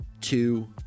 two